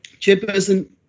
Chairperson